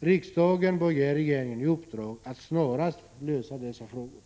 Riksdagen bör ge regeringen i uppdrag att snarast lösa dessa frågor.